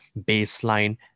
baseline